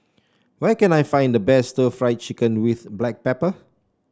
where can I find the best stir Fry Chicken with Black Pepper